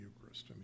Eucharist